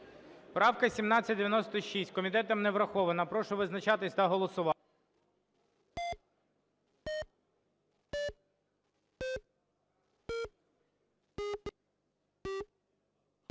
правці? 1933. Комітетом не врахована, прошу визначатись та голосувати.